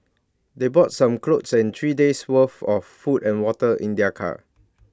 they brought some clothes and three days' worth of food and water in their car